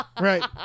Right